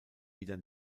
wieder